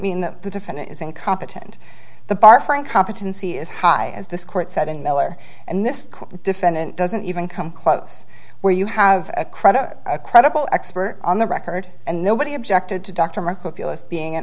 mean that the defendant is incompetent the bar frank competency is high as this court said in miller and this defendant doesn't even come close where you have a credit a credible expert on the record and nobody objected to dr markel feel as being an